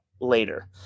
later